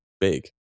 big